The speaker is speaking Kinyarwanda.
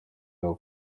aho